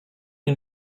nie